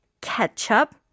ketchup